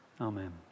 Amen